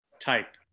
type